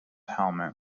helmet